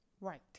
Right